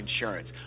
insurance